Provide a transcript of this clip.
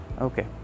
Okay